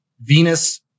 Venus